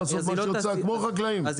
לעשות מה שהיא רוצה כמו התעשיינים?